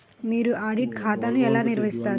మీరు ఆడిట్ ఖాతాను ఎలా నిర్వహిస్తారు?